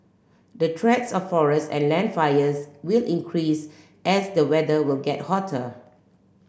the threats of forest and land fires will increase as the weather will get hotter